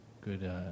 good